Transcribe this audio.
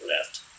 left